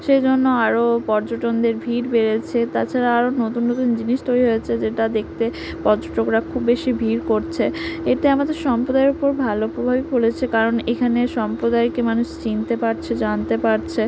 সেই জন্য আরও পর্যটনদের ভিড় বেড়েছে তাছাড়া আরও নতুন নতুন জিনিস তৈরি হচ্ছে যেটা দেখতে পর্যটকরা খুব বেশি ভিড় করছে এতে আমাদের সম্প্রদায়ের উপর ভালো প্রভাবই পড়েছে কারণ এখানে সম্প্রদায়কে মানুষ চিনতে পারছে জানতে পারছে